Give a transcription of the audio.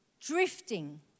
Drifting